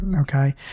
Okay